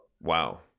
Wow